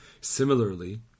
Similarly